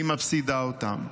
והיא מפסידה אותם.